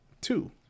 two